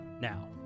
Now